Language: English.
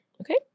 okay